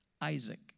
Isaac